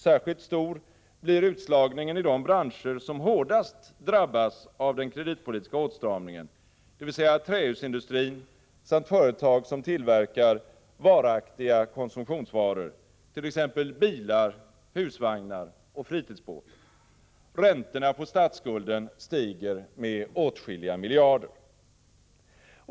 Särskilt stor blir utslagningen i de branscher som hårdast drabbats av den kreditpolitiska åtstramningen, dvs. trähusindustrin samt företag som tillverkar varaktiga konsumtionsvaror, t.ex. bilar, husvagnar och fritidsbå tar. Räntorna på statsskulden stiger med åtskilliga miljarder.